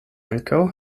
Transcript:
ankaŭ